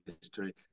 history